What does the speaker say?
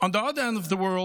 on the other end of the world,